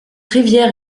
rivière